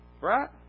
Right